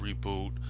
reboot